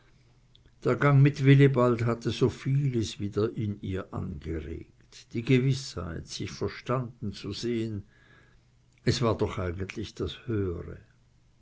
der gang mit wilibald hatte so vieles wieder in ihr angeregt die gewißheit sich verstanden zu sehen es war doch eigentlich das höhere